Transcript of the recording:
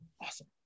awesome